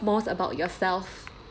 most about yourself